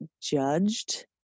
judged